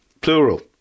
plural